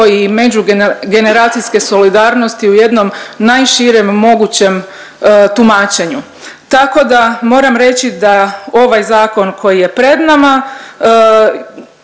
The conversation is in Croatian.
i međugeneracijske solidarnosti u jednom najširem mogućem tumačenju. Tako da moram reći da ovaj zakon koji je pred nama